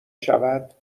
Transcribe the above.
شود